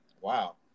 Wow